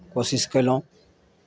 कोशिश कयलहुँ